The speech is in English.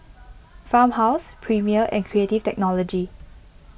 Farmhouse Premier and Creative Technology